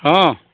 ହଁ